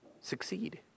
succeed